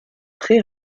très